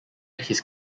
his